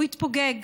הוא יתפוגג.